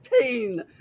pain